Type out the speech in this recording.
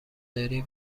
داری